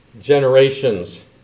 generations